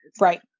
right